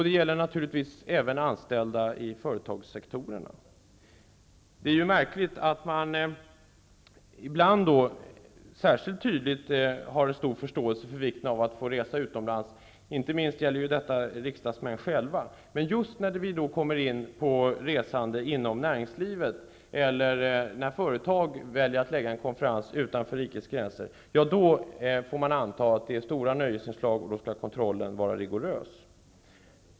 Det gäller naturligtvis även anställda inom företagssektorerna. Ibland har man särskilt stor förståelse för vikten av att få resa utomlands. Detta gäller inte minst riksdagsmännen själva. Men när vi kommer in på resande inom näringslivet eller när företag väljer att lägga en konferens utanför rikets gränser, får man anta att det är fråga om stora nöjesinslag, och då skall kontrollen vara rigorös.